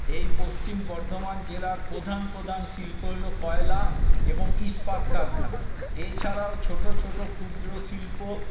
এই পশ্চিম বর্ধমান জেলার প্রধান প্রধান শিল্প হল কয়লা এবং ইস্পাত কারখানা এছাড়াও ছোটো ছোটো ক্ষুদ্র শিল্প